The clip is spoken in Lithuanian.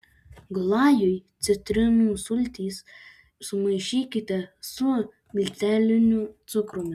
glajui citrinų sultis sumaišykite su milteliniu cukrumi